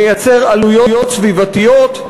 מייצר עלויות סביבתיות,